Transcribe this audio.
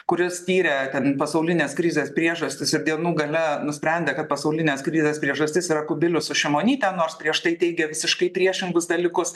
kuris tyrė ten pasaulinės krizės priežastis ir galų gale nusprendė kad pasaulinės krizės priežastis yra kubilius su šimonyte nors prieš tai teigė visiškai priešingus dalykus